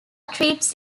treats